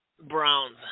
Browns